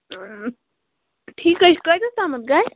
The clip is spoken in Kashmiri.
ٹھیک حظ چھِ کۭتِس تامتھ گژِھ